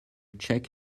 check